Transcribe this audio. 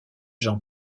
jean